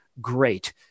great